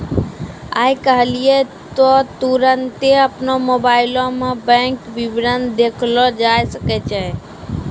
आइ काल्हि त तुरन्ते अपनो मोबाइलो मे बैंक विबरण देखलो जाय सकै छै